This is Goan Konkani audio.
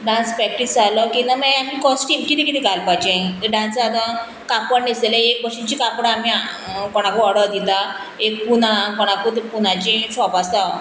डांस प्रॅक्टीस जालो की ना मागीर आमी कॉस्ट्यूम किदें किदें घालपाचें डांसा आतां कापड न्हेसतलें एक भाशेचीं कापडां आमी कोणाकू ऑर्डर दिता एक पुना कोणाकूत पुनाची शॉप आसा